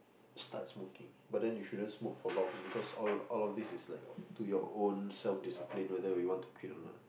start smoking but then you shouldn't smoke for long because all all of this is like to your own self discipline whether you want to quit or not